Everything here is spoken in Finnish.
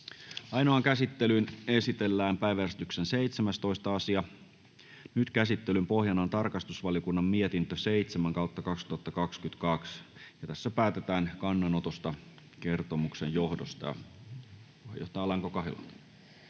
Ainoaan käsittelyyn esitellään päiväjärjestyksen 17. asia. Käsittelyn pohjana on tarkastusvaliokunnan mietintö TrVM 7/2022 vp. Nyt päätetään kannanotosta kertomuksen johdosta.